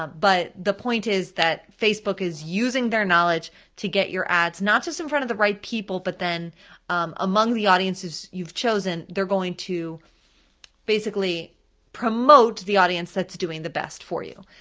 ah but the point is that facebook is using their knowledge to get your ads not just in front of the right people, but then among the audiences you've chosen, they're going to basically promote the audience that's doing the best for you.